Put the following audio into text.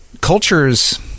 cultures